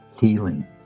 healing